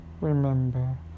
remember